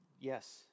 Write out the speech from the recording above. yes